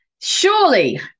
Surely